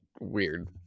weird